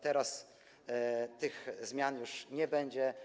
Teraz tych zmian już nie będzie.